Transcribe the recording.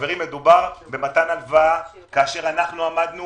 מדובר במתן הלוואה, ואנו עמדנו